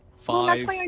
Five